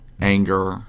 anger